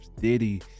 Diddy